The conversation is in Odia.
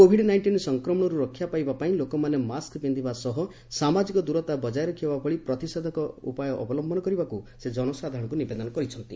କୋଭିଡ୍ ନାଇଷ୍ଟିନ୍ ସଂକ୍ରମଣରୁ ରକ୍ଷା ପାଇବା ପାଇଁ ଲୋକମାନେ ମାସ୍କ୍ ପିନ୍ଧିବା ସହ ସାମାଜିକ ଦୂରତା ବକାୟ ରଖିବା ଭଳି ପ୍ରତିଷେଧକ ଉପାୟ ଅବଲମ୍ଭନ କରିବାକୁ ସେ ଜନସାଧାରଣଙ୍କୁ ନିବେଦନ କରିଛନ୍ତି